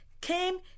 came